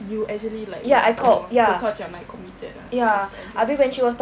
you actually like oh so kau macam like committed ah in that sense okay